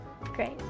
Great